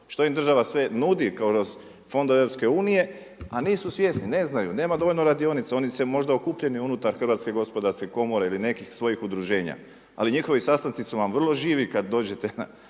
što im država sve nudi kroz fondove EU, a nisu svjesni, ne znaju, nema dovoljno radionica. Oni su možda okupljeni unutar Hrvatske gospodarske komore ili nekih svojih udruženja, ali njihovi sastanci su vam vrlo živi kad dođete na